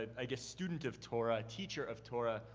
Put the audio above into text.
i guess, student of torah, teacher of torah,